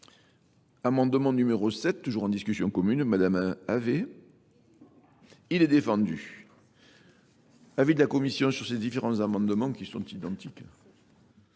Amendement numéro 7, toujours en discussion commune, madame Ave. Il est défendu. Avis de la Commission sur ces différents amendements qui sont identiques.